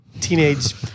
teenage